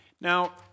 Now